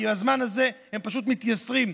כי בזמן הזה הם פשוט מתייסרים.